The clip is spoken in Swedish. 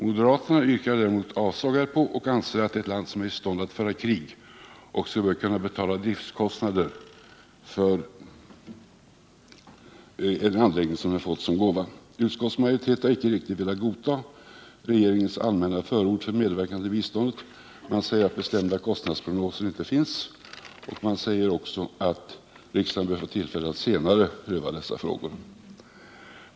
Moderaterna yrkar däremot avslag härpå och anser att ett land som är i stånd att föra krig också bör kunna betala driftkostnader för en anläggning som de fått som gåva. Utskottsmajoriteten har icke riktigt velat godta regeringens allmänna förord för medverkan till biståndet; man säger att några bestämda kostnadsprognoser inte finns, och man säger också att riksdagen bör få tillfälle att senare pröva dessa frågor.